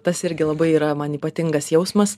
tas irgi labai yra man ypatingas jausmas